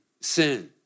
sin